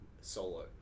solo